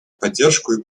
поддержку